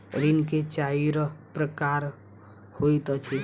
ऋण के चाइर प्रकार होइत अछि